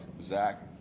Zach